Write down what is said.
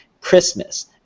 Christmas